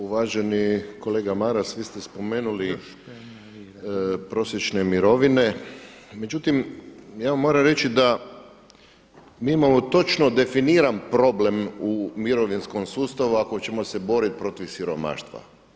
Uvaženi kolega Maras, vi ste spomenuli prosječne mirovine, međutim ja vam moram reći da mi imamo točno definiran problem u mirovinskom sustavu ako ćemo se boriti protiv siromaštva.